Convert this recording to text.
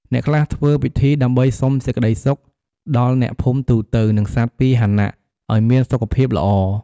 អ្នកខ្លះធ្វើពិធីដើម្បីសុំសេចក្តីសុខ ដល់អ្នកភូមិទូទៅ និងសត្វពាហនៈឱ្យមានសុខភាពល្អ។